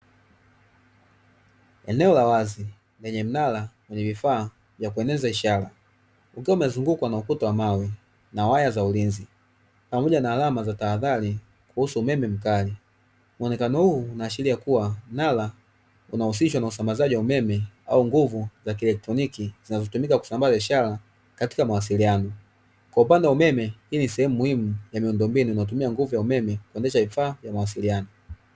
Eneo la wazi lenye mnara wenye vifaa vya kueneza ishara ukiwa umezungukwa mafuta wa mawe na waya za ulinzi pamoja na alama za tahadhari kuhusu umeme mkali mwonekano huu unaashiria kuwa nala unahusishwa na usambazaji wa umeme au nguvu za kielektroniki zinazotumika kusambaza ishara katika mawasiliano kwa upande wa umeme ili sehemu muhimu ya miundo mbinu inayotumia nguvu ya umeme kuonyesha vifaa vya mawasiliano.